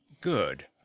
good